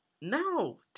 No